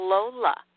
Lola